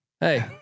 hey